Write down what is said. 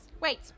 Wait